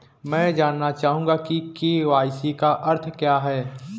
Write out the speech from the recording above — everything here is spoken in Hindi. मैं जानना चाहूंगा कि के.वाई.सी का अर्थ क्या है?